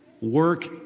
work